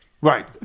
Right